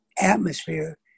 atmosphere